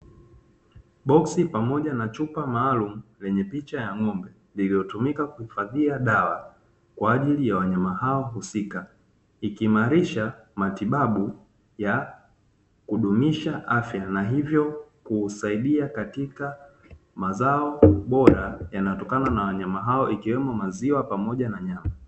Boksi pamoja na chupa maalumu lenye picha ya ng'ombe lililotumika kuhifadhia dawa kwa ajili ya wanyama hao husika, ikiimarisha matibabu ya kudumisha afya na hivyo kuusaidia katika mazao bora yanayotokana na wanyama hao; ikiwemo maziwa pamoja na nyama.